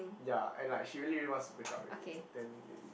ya and like she really wants to break up already then maybe